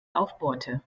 aufbohrte